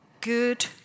good